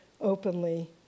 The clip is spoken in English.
openly